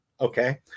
okay